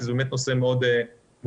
כי זה באמת נושא מאוד מורכב.